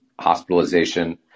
hospitalization